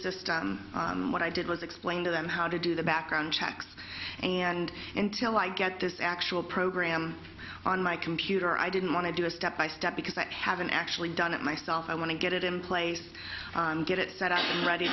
system what i did was explain to them how to do the background checks and in till i get this actual program on my computer i didn't want to do it step by step because that haven't actually done it myself i want to get it in place and get it set up ready